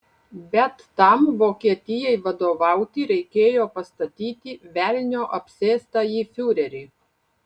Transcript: bet tam vokietijai vadovauti reikėjo pastatyti velnio apsėstąjį fiurerį